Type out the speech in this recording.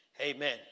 amen